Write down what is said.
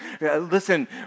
listen